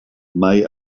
mae